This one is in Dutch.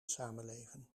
samenleven